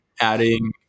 adding